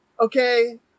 Okay